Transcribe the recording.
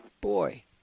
boy